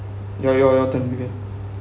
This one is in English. your your your turn vivian